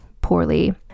poorly